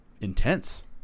intense